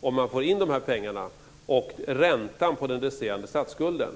om man får inte de här pengarna och räntan på den resterande statsskulden.